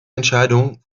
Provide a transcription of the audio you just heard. entscheidung